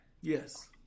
Yes